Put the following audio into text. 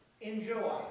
Enjoy